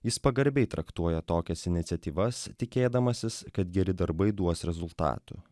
jis pagarbiai traktuoja tokias iniciatyvas tikėdamasis kad geri darbai duos rezultatų